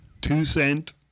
two-cent